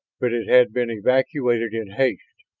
but it had been evacuated in haste.